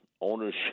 Ownership